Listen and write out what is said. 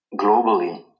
globally